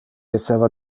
esseva